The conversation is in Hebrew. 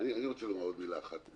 אני רוצה לומר עוד מילה אחת.